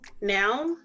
now